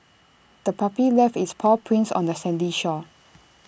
the puppy left its paw prints on the sandy shore